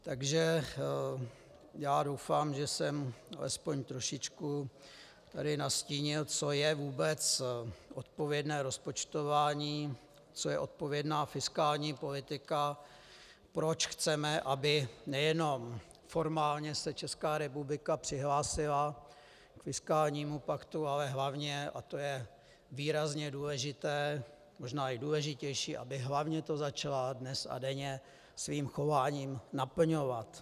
Takže já doufám, že jsem alespoň trošičku tady nastínil, co je vůbec odpovědné rozpočtování, co je odpovědná fiskální politika, proč chceme, aby nejenom formálně se ČR přihlásila k fiskálnímu paktu, ale hlavně, a to je výrazně důležité, možná i důležitější, aby hlavně to začala dnes a denně svým chováním naplňovat.